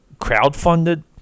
crowdfunded